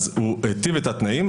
הוא היטיב את התנאים,